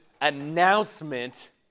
announcement